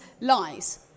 lies